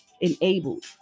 enabled